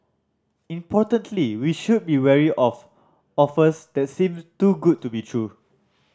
importantly we should be wary of offers that seem too good to be true